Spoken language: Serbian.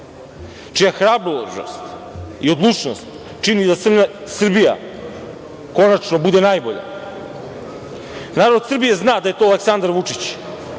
čija hrabrost i odlučnost čine da Srbija konačno bude najbolja. Narod Srbije zna da je to Aleksandar Vučić.